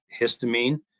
histamine